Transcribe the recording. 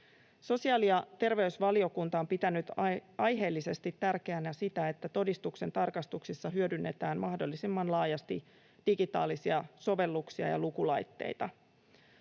Sosiaali- ja terveysvaliokunta on pitänyt aiheellisesti tärkeänä sitä, että todistuksen tarkastuksissa hyödynnetään mahdollisimman laajasti digitaalisia sovelluksia ja lukulaitteita.